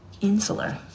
Insular